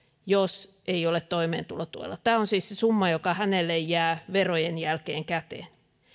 jos ei ole toimeentulotuella tämä on siis se summa joka hänelle jää verojen jälkeen käteen